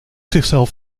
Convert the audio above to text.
zichzelf